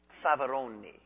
Favaroni